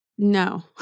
No